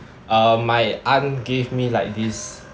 uh my aunt gave me like this